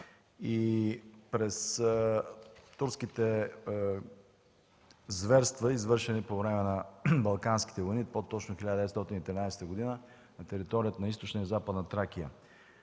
и за турските зверства, извършени по време на Балканските войни, по-точно в 1913 г. на територията на Източна и Западна Тракия.